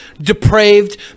depraved